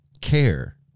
care